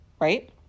right